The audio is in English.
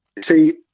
See